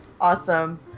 Awesome